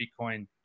Bitcoin